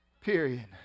period